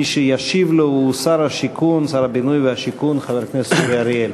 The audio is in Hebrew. ומי שישיב לו הוא שר הבינוי השיכון חבר הכנסת אורי אריאל.